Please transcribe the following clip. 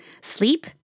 sleep